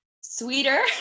sweeter